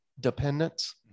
dependence